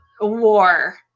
war